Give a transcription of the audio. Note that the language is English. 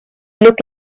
look